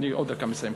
אני עוד דקה מסיים.